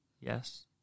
Yes